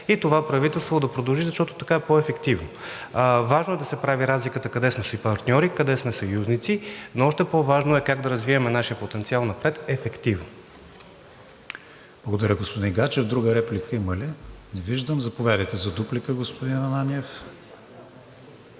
и това правителство да продължи, защото така е по-ефективно. Важно е да се прави разликата къде сме партньори, къде сме съюзници. Но още по-важно е как да развием нашия потенциал напред ефективно. ПРЕДСЕДАТЕЛ КРИСТИАН ВИГЕНИН: Благодаря, господин Гаджев. Друга реплика има ли? Не виждам. Заповядайте за дуплика, господин Ананиев.